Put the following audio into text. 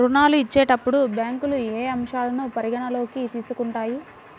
ఋణాలు ఇచ్చేటప్పుడు బ్యాంకులు ఏ అంశాలను పరిగణలోకి తీసుకుంటాయి?